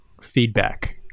feedback